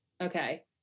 Okay